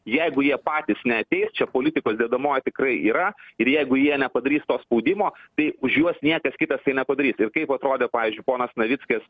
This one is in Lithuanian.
jeigu jie patys neateis čia politikos dedamoji tikrai yra ir jeigu jie nepadarys to spaudimo bei už juos niekas kitas tai nepadarys kaip atrodė pavyzdžiui ponas navickas